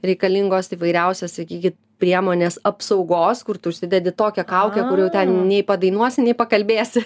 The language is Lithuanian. reikalingos įvairiausios sakykit priemonės apsaugos kur tu užsidedi tokią kaukę kur jau ten nei padainuosi nei pakalbėsi